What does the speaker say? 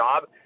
job